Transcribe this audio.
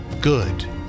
good